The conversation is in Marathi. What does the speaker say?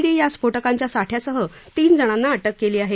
डी या स्फोटकांच्या साठ्यांसह तीन जणांना अटक केली आहे